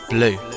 Blue